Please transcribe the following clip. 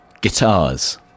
guitars